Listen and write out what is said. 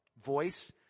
voice